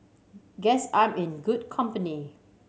guess I'm in good company